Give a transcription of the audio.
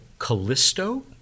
Callisto